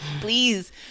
Please